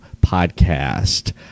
podcast